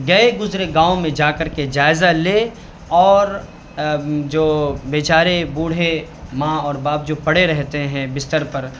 گئے گزرے گاؤں میں جا کر کے جائزہ لے اور جو بیچارے بوڑھے ماں اور باپ جو پڑے رہتے ہیں بستر پر